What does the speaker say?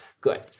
Good